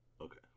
Okay